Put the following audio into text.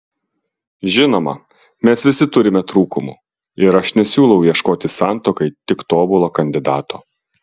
žinoma mes visi turime trūkumų ir aš nesiūlau ieškoti santuokai tik tobulo kandidato